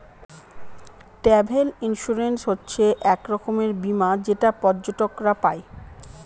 travel insurance হচ্ছে এক রকমের বীমা যেটা পর্যটকরা পাই